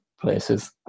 places